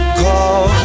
call